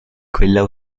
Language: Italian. quella